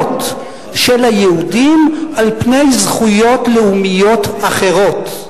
של היהודים על פני זכויות לאומיות אחרות,